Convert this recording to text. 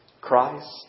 Christ